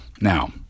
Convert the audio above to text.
Now